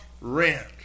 rent